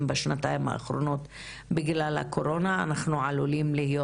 בשנתיים האחרונות בגלל הקורונה אנחנו עלולים להיות